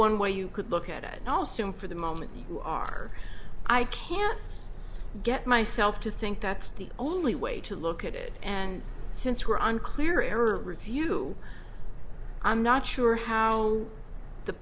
one way you could look at it all soon for the moment you are i can't get myself to think that's the only way to look at it and since we're on clear error review i'm not sure how the